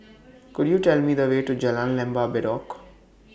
Could YOU Tell Me The Way to Jalan Lembah Bedok